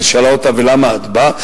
היא שאלה אותה: ולמה את באה?